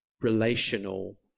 relational